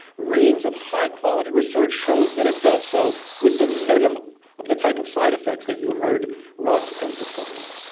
reams of high quality research shows that it does so with the minimum of the type of side effects that you heard russ emphasize.